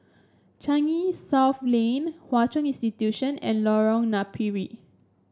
Changi South Lane Hwa Chong Institution and Lorong Napiri